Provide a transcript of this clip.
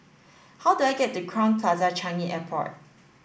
how do I get to Crowne Plaza Changi Airport